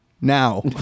now